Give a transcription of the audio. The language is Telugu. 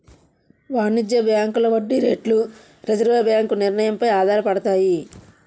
వాణిజ్య బ్యాంకుల వడ్డీ రేట్లు రిజర్వు బ్యాంకు నిర్ణయం పై ఆధారపడతాయి